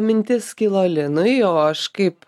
mintis kilo linui o aš kaip